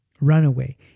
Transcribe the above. runaway